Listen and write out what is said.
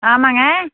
ஆமாங்க